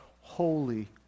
holy